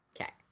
Okay